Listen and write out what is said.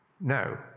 No